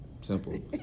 Simple